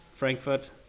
Frankfurt